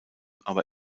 aber